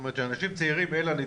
שאנשים צעירים הם הנדבקים,